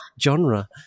genre